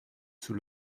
sous